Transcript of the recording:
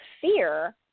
fear